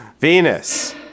Venus